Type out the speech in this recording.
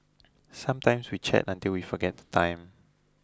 sometimes we chat until we forget the time